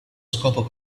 scopo